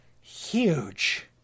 huge